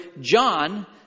John